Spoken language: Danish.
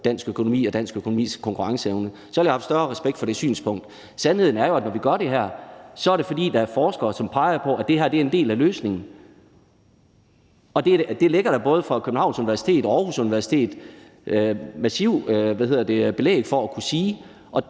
dansk økonomi og dansk erhvervslivs konkurrenceevne, så ville jeg have haft større respekt for det synspunkt. Sandheden er jo, at når vi gør det her, er det, fordi der er forskere, der peger på, at det her er en del af løsningen. Det ligger der massivt belæg for at kunne sige